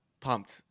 pumped